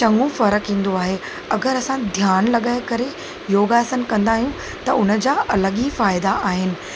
चङो फर्क़ु ईंदो आहे अगरि असां ध्यान लॻाए करे योगासन कंदा आहियूं त उन जा अलॻि ई फ़ाइदा आहिनि